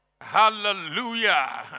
Hallelujah